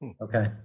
Okay